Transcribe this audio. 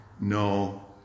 No